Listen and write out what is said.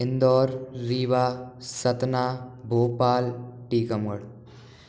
Indore Rewa Satna Bhopal टीकामौर